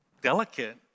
delicate